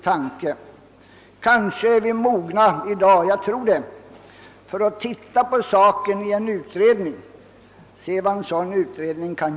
Jag tror att vi är mogna för att låta en utredning granska denna fråga.